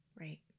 Right